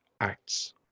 acts